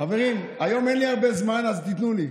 חברים, היום אין לי הרבה זמן, אז תיתנו לי.